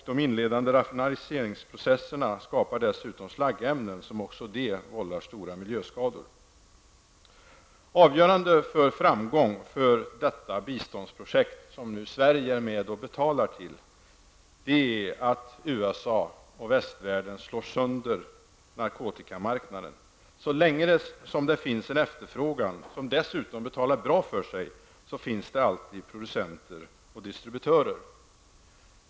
De inledande raffineringsprocesserna skapar dessutom slaggämnen som också de vållar stora miljöskador. Avgörande för framgång för detta biståndsprojekt som Sverige är med och betalar, är att USA och västvärlden slår sönder narkotikamarknaden. Så länge som det finns en efterfrågan, som dessutom betalar bra för sig, finns det alltid producenter och distributörer.